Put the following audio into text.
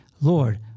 lord